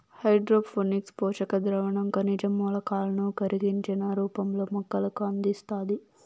hydroponics పోషక ద్రావణం ఖనిజ మూలకాలను కరిగించిన రూపంలో మొక్కలకు అందిస్తాది